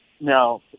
Now